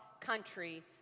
country